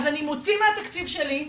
אז אני מוציא מהתקציב שלי,